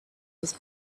his